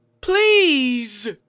please